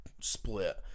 split